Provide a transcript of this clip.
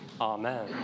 Amen